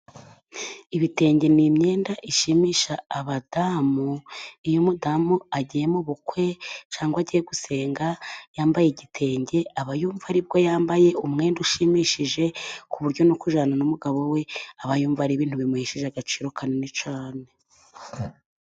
Ibitenge ni imyenda ishimisha abadamu. Iyo umudamu agiye mu bukwe cyangwa agiye gusenga yambaye igitenge, aba yumva ari bwo yambaye umwenda ushimishije, ku buryo no kujyana n'umugabo we aba yumva ari ibintu bimuhesheje agaciro kanini cyane.